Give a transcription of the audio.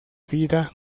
vida